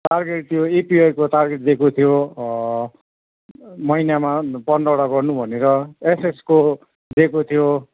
target थियो एसपवाईको target दिएको थियो महिनामा पन्ध्रवटा गर्नु भनेर एसएसको दिएको थियो